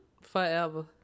Forever